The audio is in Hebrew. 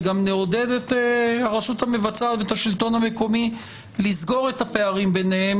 וגם נעודד את הרשות המבצעת ואת השלטון המקומי לסגור את הפערים ביניהם